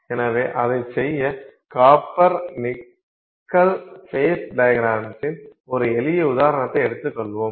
எனவே அதைச் செய்ய காப்பர் நிக்கல் ஃபேஸ் டையக்ரம்ஸின் ஒரு எளிய உதாரணத்தை எடுத்துக் கொள்வோம்